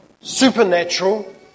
supernatural